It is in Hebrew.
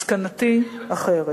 מסקנתי אחרת.